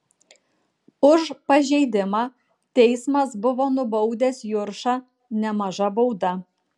už pažeidimą teismas buvo nubaudęs juršą nemaža bauda